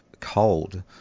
cold